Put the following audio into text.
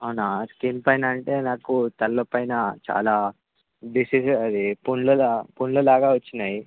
అవునా స్కిన్ పైన అంటే నాకు తలలో పైన నాకు చాలా డిసీజెస్ అది ఫుల్ పుండ్ల లాగా వచ్చినాయి